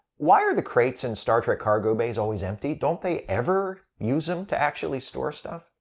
why are the crates in star trek cargo bays always empty? don't they ever use em to actually store stuff?